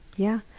yeah.